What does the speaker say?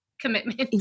commitment